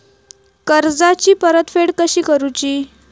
कर्जाची परतफेड कशी करुची?